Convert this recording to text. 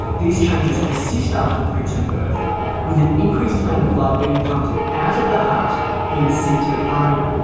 these changes persist after preterm birth with an increased amount of blood being pumped out of the heart being sent to the brain.